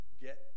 get